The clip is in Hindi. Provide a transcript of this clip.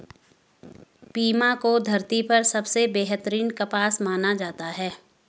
पीमा को धरती पर सबसे बेहतरीन कपास माना जाता है